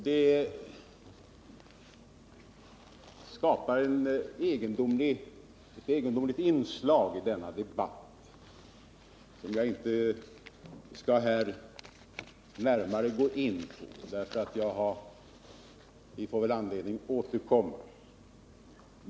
Det skapar ett egendomligt inslag i denna debatt, som jag inte närmare skall gå in på. Vi får väl anledning att återkomma.